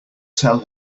tell